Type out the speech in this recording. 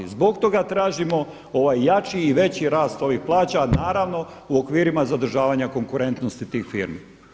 Zbog toga tražimo jači i veći rast ovih plaća, a naravno u okvirima zadržavanja konkurentnosti tih firmi.